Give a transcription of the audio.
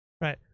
right